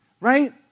Right